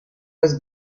was